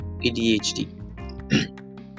ADHD